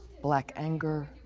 black anger,